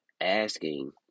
asking